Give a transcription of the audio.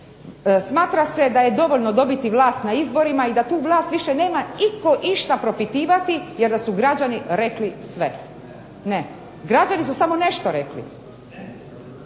Smatra se da je dovoljno dobiti vlast na izborima i da tu vlast više nema itko išta propitivati, jer da su građani rekli sve. Ne. Građani su samo nešto rekli.